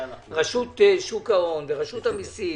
רשות שוק ההון ורשות המיסים,